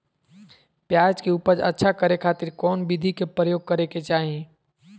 प्याज के उपज अच्छा करे खातिर कौन विधि के प्रयोग करे के चाही?